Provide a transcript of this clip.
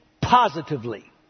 positively